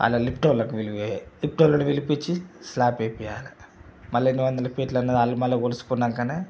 మళ్ళా లిఫ్ట్ వాళ్ళకు పిలిచి లిఫ్ట్ వాళ్లని పిలిపించి స్లాబ్ వేయించాలి మళ్ళీ ఎన్ని వందల ఫీట్లు ఉన్నది వాళ్ళు మళ్ళా కోలుచుకున్నాక